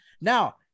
now